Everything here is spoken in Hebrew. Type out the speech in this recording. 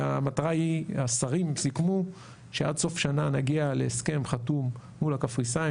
השרים סיכמו שעד סוף שנה נגיע להסכם חתום מול הקפריסאים